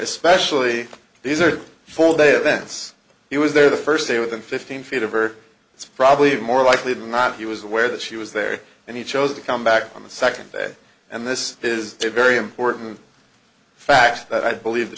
especially these are four day events he was there the first day within fifteen feet of or it's probably more likely than not he was aware that she was there and he chose to come back on the second day and this is a very important fact that i believe th